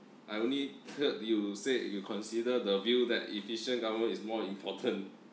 I only heard you say you consider the view that efficient government is more important